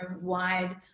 wide